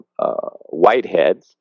whiteheads